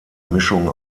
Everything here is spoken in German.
mischung